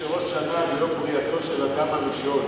אומרים שראש השנה זה יום בריאתו של אדם הראשון.